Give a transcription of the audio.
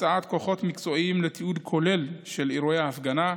הקצאת כוחות מקצועיים לתיעוד כולל של אירוע ההפגנה,